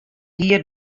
hie